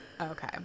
Okay